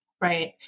Right